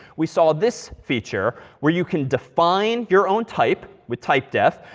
we saw this feature where you can define your own type, with typedef,